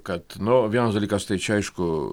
kad nu vienas dalykas tai čia aišku